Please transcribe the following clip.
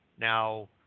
Now